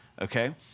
okay